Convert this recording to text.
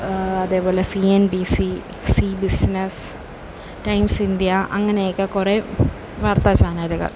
അതേപോലെ C N B C C business Times India അങ്ങനെയൊക്കെ കുറെ വാർത്ത ചാനലുകൾ